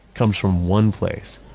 comes from one place.